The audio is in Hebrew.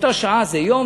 באותה שעה זה יום,